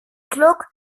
klok